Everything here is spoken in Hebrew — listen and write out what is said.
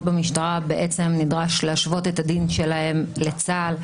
במשטרה בעצם נדרש להשוות את הדין שלהם לצה"ל.